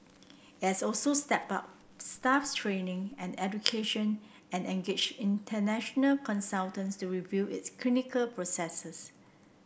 it has also stepped up staff training and education and engaged international consultants to review its clinical processes